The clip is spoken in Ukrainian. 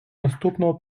наступного